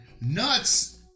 nuts